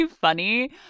funny